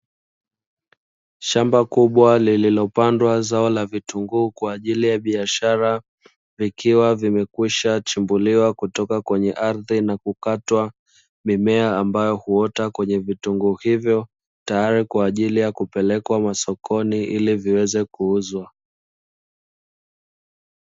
Shamba kubwa lililopandwa zao la vitunguu kwa ajili ya biashara, vikiwa vimekwisha chimbuliwa kutoka kwenye ardhi na kukatwa mimea ambayo huota kwenye vitunguu hivyo, tayari kwa ajili ya kupelekwa masokoni ili viweze kuuzwa.